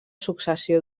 successió